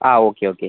ആ okay okay